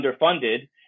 underfunded